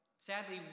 Sadly